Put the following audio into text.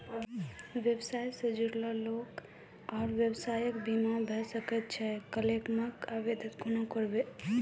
व्यवसाय सॅ जुड़ल लोक आर व्यवसायक बीमा भऽ सकैत छै? क्लेमक आवेदन कुना करवै?